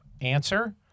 answer